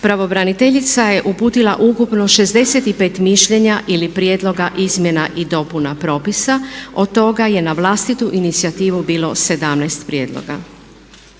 pravobraniteljica je uputila ukupno 65 mišljenja ili prijedloga izmjena i dopuna propisa. Od toga je na vlastitu inicijativu bilo 17 prijedloga.